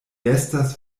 estas